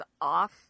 off